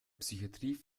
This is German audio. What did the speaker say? psychatrie